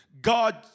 god